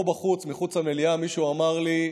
פה בחוץ, מחוץ למליאה, מישהו אמר לי: